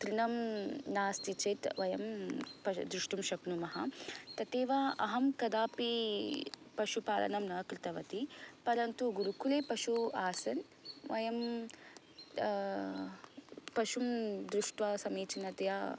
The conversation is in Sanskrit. तृणं नास्ति चेत् वयं द्रष्टुं शक्नुमः तथैव अहं कदापि पशुपालनं न कृतवती परन्तु गुरुकुले पशू आसन् वयं पशुं दृष्ट्वा समीचीनतया